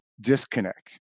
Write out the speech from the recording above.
disconnect